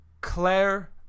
Claire